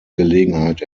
gelegenheit